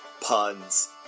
Puns